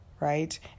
right